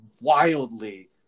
wildly